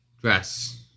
dress